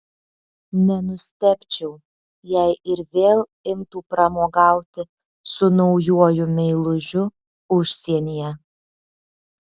nenustebčiau jei ir vėl imtų pramogauti su naujuoju meilužiu užsienyje